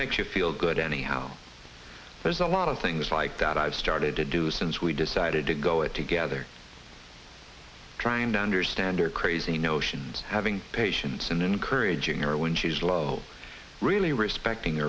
makes you feel good anyhow there's a lot of things like that i've started to do since we decided to go it together trying to understand your crazy notions having patience and encouraging her when she's low really respecting